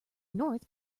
north